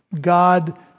God